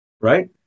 right